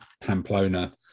Pamplona